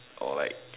or like